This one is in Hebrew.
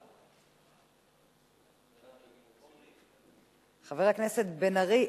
יש קודם את חבר הכנסת בן-ארי.